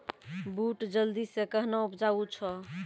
बूट जल्दी से कहना उपजाऊ छ?